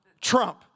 Trump